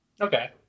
Okay